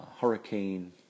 Hurricane